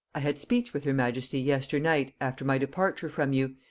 i had speech with her majesty yesternight after my departure from you,